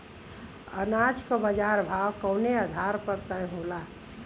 अनाज क बाजार भाव कवने आधार पर तय होला?